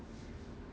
[one] orh